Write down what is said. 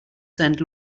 send